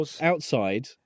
outside